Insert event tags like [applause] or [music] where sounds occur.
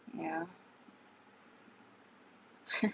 yeah [laughs]